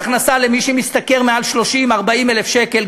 מס הכנסה למי שמשתכר מעל 40,000-30,000 שקל.